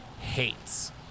hates